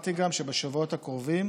ואמרתי גם שבשבועות הקרובים